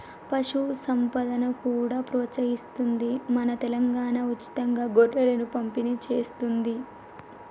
పశు సంపదను కూడా ప్రోత్సహిస్తుంది మన తెలంగాణా, ఉచితంగా గొర్రెలను పంపిణి చేస్తుంది